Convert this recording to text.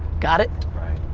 got it?